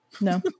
no